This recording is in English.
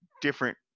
different